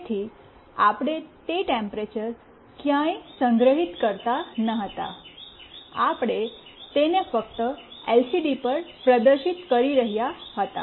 તેથી આપણે તે ટેમ્પરેચર્ ક્યાંય સંગ્રહિત કરતા ન હતા આપણે તેને ફક્ત એલસીડી પર પ્રદર્શિત કરી રહ્યાં હતાં